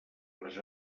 les